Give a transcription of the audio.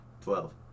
twelve